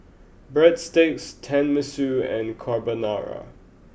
breadsticks Tenmusu and Carbonara